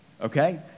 okay